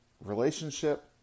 relationship